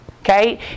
Okay